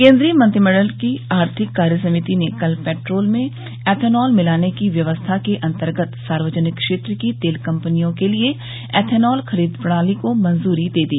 केन्द्रीय मंत्रिमंडल की आर्थिक कार्य समिति ने कल पेट्रोल में एथेनॉल मिलाने की व्यवस्था के अंतर्गत सार्वजनिक क्षेत्र की तेल कंपनियों के लिए एथेनॉल खरीद प्रणाली को मंजूरी दे दी